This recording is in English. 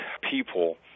people